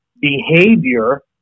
behavior